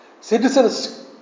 Citizens